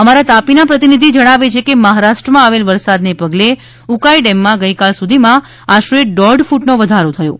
અમારા તાપીના પ્રતિનિધિ જણાવે છે કે મહારાષ્ટ્રમાં આવેલ વરસાદને પગલે ઉકાઈ ડેમમાં ગઈકાલ સુધીમાં આશરે દોઢ ફૂટનો વધારો થયો હતો